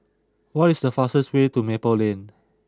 what is the fastest way to Maple Lane